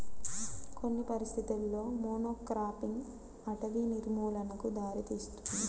కొన్ని పరిస్థితులలో మోనోక్రాపింగ్ అటవీ నిర్మూలనకు దారితీస్తుంది